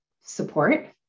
Support